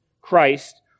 Christ